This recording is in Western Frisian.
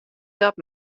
dat